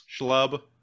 Schlub